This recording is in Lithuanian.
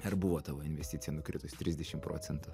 ar buvo tavo investicija nukritus trisdešim procentų